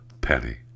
penny